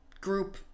group